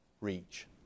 reach